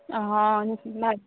ହଁ